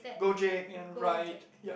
go drink and ride yup